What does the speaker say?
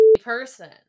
person